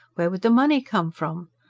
where would the money come from?